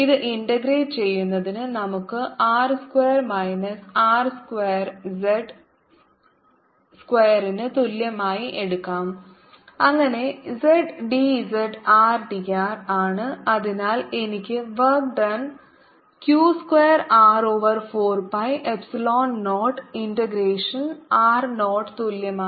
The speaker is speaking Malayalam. ഇത് ഇന്റഗ്രേറ്റ് ചെയ്യുന്നതിന് നമുക്ക് r square minus R square z സ്ക്വയറിന് തുല്യമായി എടുക്കാം അങ്ങനെ zdz rdr ആണ് അതിനാൽ എനിക്ക് work done q square r over 4 pi epsilon 0 integration r 0 തുല്യമാണ്